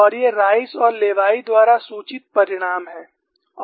और ये राइस और लेवी द्वारा सूचित परिणाम हैं